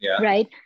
Right